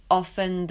often